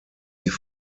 die